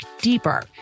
deeper